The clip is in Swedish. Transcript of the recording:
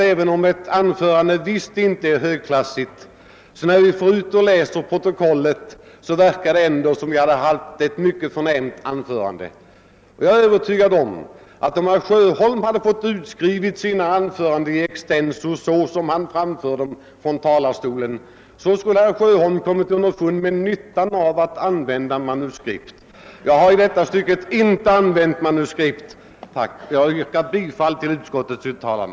även om ett anförande inte varit så högklassigt rent formellt, ger det ett mycket bra intryck när vi läser protokollet. Om herr Sjöholm hade fått sina anföranden utskrivna in extenso, så som han framför dem från talarstolen, skulle nog herr Sjöholm ha kommit underfund med nyttan av att använda manuskript. Själv har jag inte i detta sammanhang använt manuskript. Jag yrkar bifall till utskottets hemställan.